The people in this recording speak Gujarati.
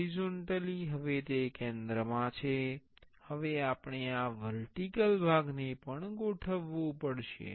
હોરીઝોંટલી હવે તે કેન્દ્રમાં છે હવે આપણે આ વર્ટીકલ ભાગને પણ ગોઠવવું પડશે